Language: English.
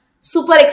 super